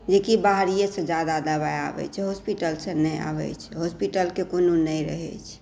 जेकि बाहरिए सँ ज्यादा दबाइ आबै छै हॉस्पिटलसँ नहि आबै छै हॉस्पिटलके कोनो नहि रहै छै